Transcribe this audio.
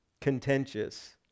contentious